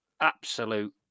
Absolute